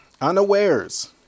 unawares